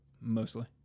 mostly